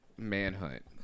manhunt